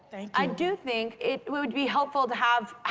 i do think it would be helpful to have,